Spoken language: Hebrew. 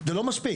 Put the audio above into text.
זה לא מספיק.